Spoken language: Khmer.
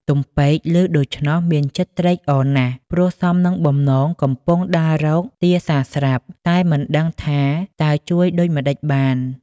ទំពែក ឮដូច្នោះមានចិត្តត្រេកអរណាស់ ព្រោះសមនឹងបំណងកំពុងដើររកទាសាស្រាប់ តែមិនដឹងថាតើជួយដូចម្តេចបាន?។